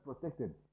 protected